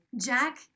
Jack